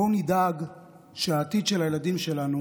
בואו נדאג שהעתיד של הילדים שלנו